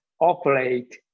operate